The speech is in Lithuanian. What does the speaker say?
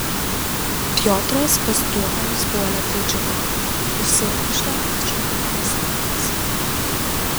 piotras pastriuokomis puolė prie džipo įsiropštė ant užpakalinės sėdynės